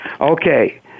Okay